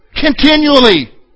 continually